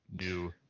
New